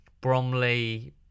Bromley